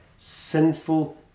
sinful